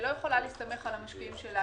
שלא יכולה להסתמך על המשקיעים שלה-